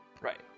Right